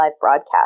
broadcast